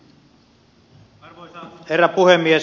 arvoisa herra puhemies